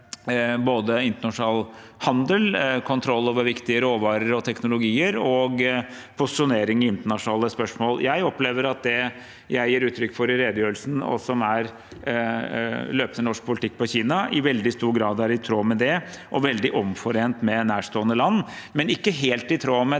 både internasjonal handel, kontroll over viktige råvarer og teknologier og posisjonering i internasjonale spørsmål. Jeg opplever at det jeg gir uttrykk for i redegjørelsen, og som er løpende norsk politikk når det gjelder Kina, i veldig stor grad er i tråd med det, og veldig omforent med nærstående land – men ikke helt i tråd med den